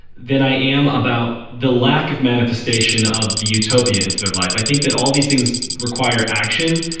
than i am about the lack of manifestation of the utopia into their life. i think that all these things require action,